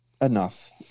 enough